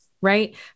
right